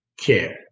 care